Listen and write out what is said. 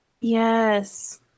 yes